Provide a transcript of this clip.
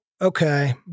okay